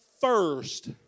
first